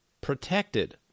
protected